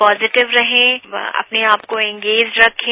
positive रहें और अपने आपको इंगेज रखें